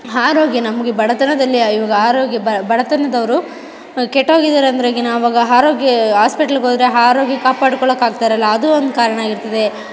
ಆರೋಗ್ಯ ನಮಗೆ ಬಡತನದಲ್ಲಿ ಇವಾಗ ಆರೋಗ್ಯ ಬಡತನದವರು ಕೆಟ್ಟೋಗಿದ್ದಾರೆ ಅಂದ್ರೆ ಆವಾಗ ಆರೋಗ್ಯ ಆಸ್ಪೆಟ್ಲ್ಗೆ ಹೋದ್ರೆ ಆರೋಗ್ಯ ಕಾಪಾಡ್ಕೊಳ್ಳೋಕ್ಕೆ ಆಗ್ತಾಯಿರೋಲ್ಲ ಅದು ಒಂದು ಕಾರಣ ಆಗಿರ್ತದೆ